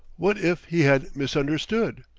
what if he had misunderstood,